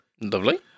Lovely